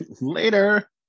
later